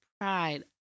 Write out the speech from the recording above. Pride